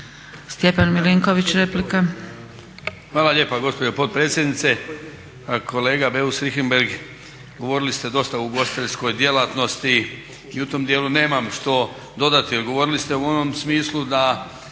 Stjepan Milinković replika.